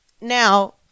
now